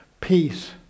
peace